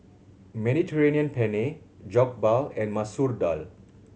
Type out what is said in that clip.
Mediterranean Penne Jokbal and Masoor Dal